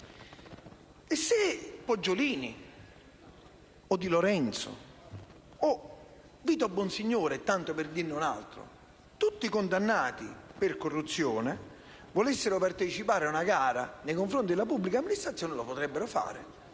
Se Poggiolini o De Lorenzo o Vito Bonsignore (tanto per dirne un altro), tutti condannati per corruzione, volessero partecipare a una gara d'appalto indetta da una pubblica amministrazione, lo potrebbero fare.